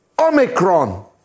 Omicron